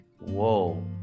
whoa